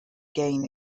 gain